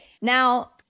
Now